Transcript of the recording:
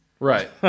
Right